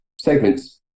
segments